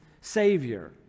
Savior